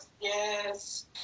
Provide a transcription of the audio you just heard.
yes